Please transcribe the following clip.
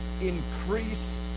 Increase